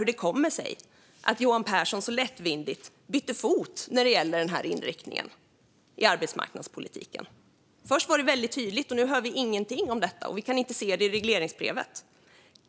Hur kommer det sig att Johan Pehrson så lättvindigt bytt fot om inriktningen i arbetsmarknadspolitiken? Först var det tydligt, och nu hör vi ingenting. Det syns inte heller i regleringsbrevet.